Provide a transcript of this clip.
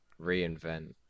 reinvent